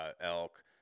elk